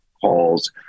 calls